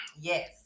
Yes